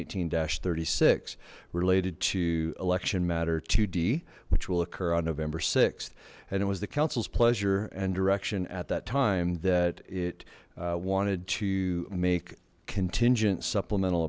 eighteen thirty six related to election matter d which will occur on november th and it was the council's pleasure and direction at that time that it wanted to make contingent supplemental